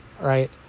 right